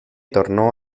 tornó